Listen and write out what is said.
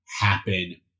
happen